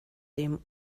dem